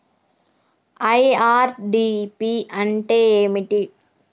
IRDP అంటే ఏమిటి?